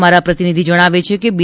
અમારા પ્રતિનિધી જણાવે છે કે બી